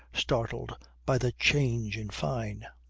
startled by the change in fyne.